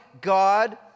God